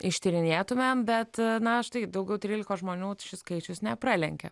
ištyrinėtumėm bet na štai daugiau trylikos žmonių šis skaičius nepralenkė